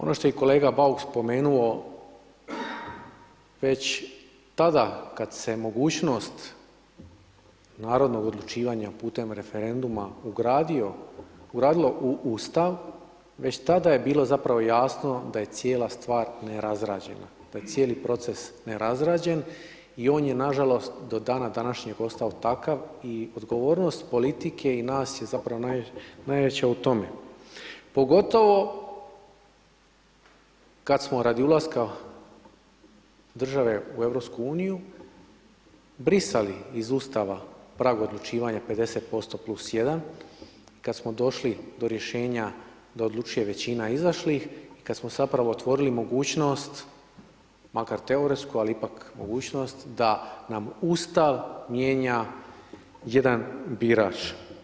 Ono što je i kolega Bauk spomenuo, već tada kad se mogućnost narodnog odlučivanja putem referenduma, ugradilo u Ustav, već tada je bilo zapravo jasno da je cijela stvar nerazrađena, da je cijeli proces nerazrađen i on je nažalost do dana današnjeg ostao takav i odgovornost politike i nas je zapravo najveća u tome, pogotovo kad smo radi ulaska države u EU brisali iz Ustava prag odlučivanja 50% + 1, kad smo došli do rješenja da odlučuje većina izašlih i kad smo zapravo otvorili mogućnost, makar teoretsku, ali ipak mogućnost da nam Ustav mijenja jedan birač.